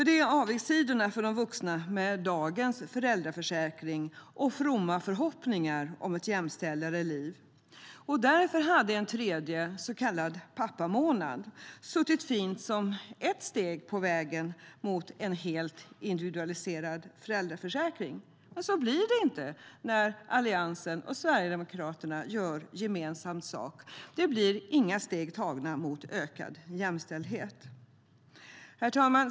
Det är avigsidorna för de vuxna med dagens föräldraförsäkring och fromma förhoppningar om ett jämställdare liv. Herr talman!